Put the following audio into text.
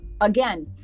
again